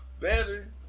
better